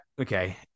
okay